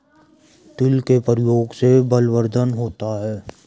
तिल के प्रयोग से बलवर्धन होता है